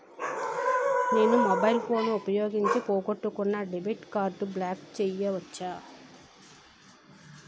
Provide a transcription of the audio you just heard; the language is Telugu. నేను మొబైల్ ఫోన్ ఉపయోగించి పోగొట్టుకున్న డెబిట్ కార్డ్ని బ్లాక్ చేయవచ్చా?